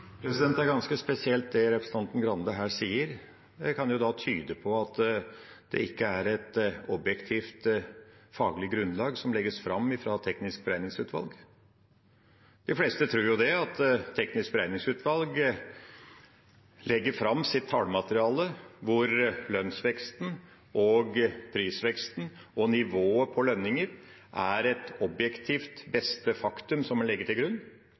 Det er ganske spesielt, det representanten Grande her sier. Det kan jo tyde på at det ikke er et objektivt faglig grunnlag som legges fram fra Teknisk beregningsutvalg. De fleste tror jo at Teknisk beregningsutvalg legger fram et tallmateriale der lønnsveksten og prisveksten og nivået på lønninger er et objektivt beste faktum som må ligge til grunn.